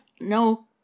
no